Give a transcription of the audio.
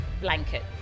...blanket